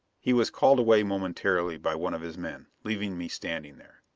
he was called away momentarily by one of his men, leaving me standing there.